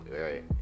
Right